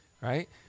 right